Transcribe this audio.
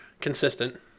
consistent